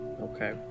Okay